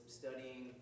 studying